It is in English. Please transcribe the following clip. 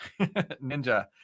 Ninja